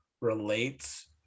relates